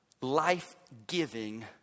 life-giving